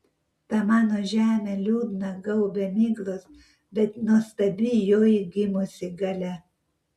tą mano žemę liūdną gaubia miglos bet nuostabi joj gimusi galia